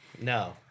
No